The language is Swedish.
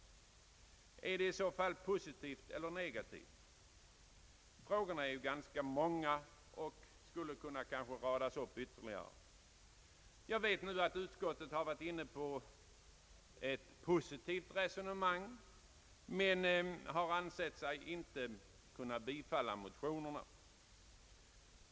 Är det i så fall positivt eller negativt? Frågorna är ganska många. Det skulle kunna radas upp ytterligare ett stort antal. Utskottet har en positiv inställning, men har inte ansett sig kunna tillstyrka motionerna.